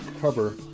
cover